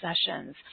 sessions